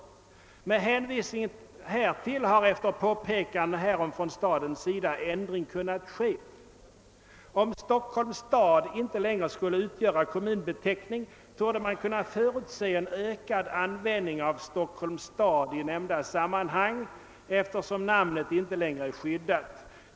Med hänvisning härtill har efter påpekanden härom från stadens sida en ändring kunnat ske. Om Stockholms stad inte längre skulle utgöra kommunbeteckning, torde man kunna förutse en ökad användning av Stockholms stad i nämnda sammanhang, eftersom namnet inte längre är skyddat.